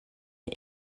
est